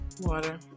Water